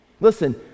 Listen